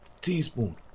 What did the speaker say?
teaspoon